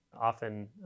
often